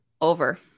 Over